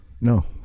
No